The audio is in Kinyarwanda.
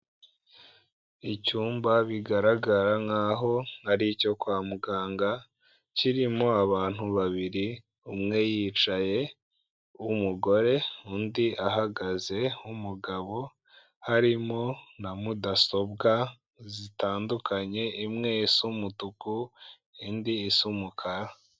Icyumba bigaragara nk'aho ari icyo kwa muganga, kirimo abantu babiri, umwe yicaye w'umugore undi ahagaze w'umugabo, harimo na mudasobwa zitandukanye, imwe isa umutuku indi isa umukara.